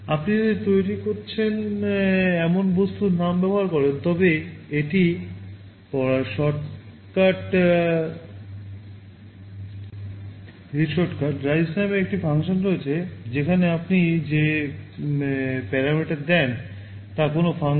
আপনি যদি তৈরি করছেন এমন বস্তুর নাম ব্যবহার করেন তবে এটি রিড শর্টকাট